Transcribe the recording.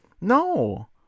No